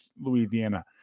Louisiana